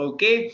Okay